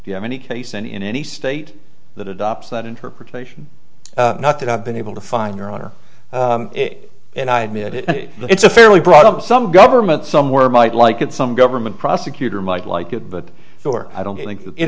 you have any case and in any state that adopts that interpretation not that i've been able to find your honor and i admit it it's a fairly broad of some government somewhere might like it some government prosecutor might like it but i don't think it